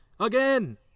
Again